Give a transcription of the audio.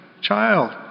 child